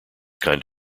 kind